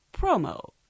promo